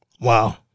Wow